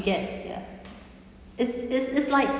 get ya it's it's is like